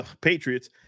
Patriots